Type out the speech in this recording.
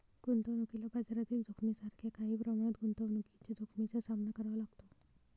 गुंतवणुकीला बाजारातील जोखमीसारख्या काही प्रमाणात गुंतवणुकीच्या जोखमीचा सामना करावा लागतो